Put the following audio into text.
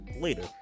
later